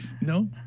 no